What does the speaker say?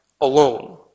alone